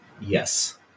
Yes